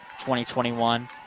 2021